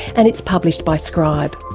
and it's published by scribe.